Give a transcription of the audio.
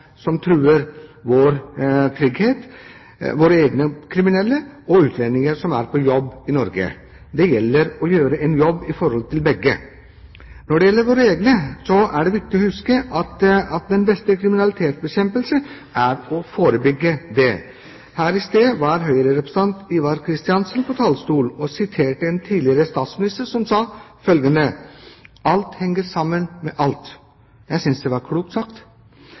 som truer vår trygghet: våre egne kriminelle og utlendinger som er på «jobb» i Norge. Det gjelder å gjøre en jobb i forhold til begge. Når det gjelder våre egne, er det viktig å huske at den beste kriminalitetsbekjempelse er å forebygge. Tidligere i dag var Høyre-representanten Ivar Kristiansen på talerstolen og siterte en tidligere statsminister, som sa følgende: «Alt henger sammen med alt.» Jeg synes det var klokt sagt.